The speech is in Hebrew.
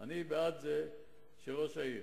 אני בעד זה שראש העיר